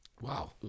Wow